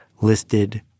listed